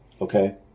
okay